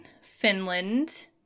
Finland